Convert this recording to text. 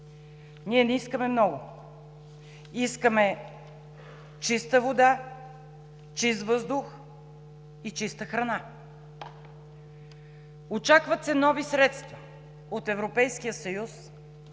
Ние не искаме много, искаме чиста вода, чист въздух и чиста храна! Очакват се нови средства от Европейския съюз,